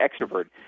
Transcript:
extrovert